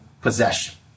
possession